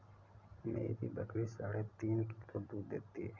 मेरी बकरी साढ़े तीन किलो दूध देती है